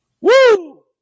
Woo